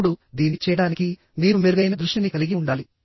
ఇప్పుడు దీన్ని చేయడానికి మీరు మెరుగైన దృష్టిని కలిగి ఉండాలి